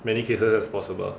many cases as possible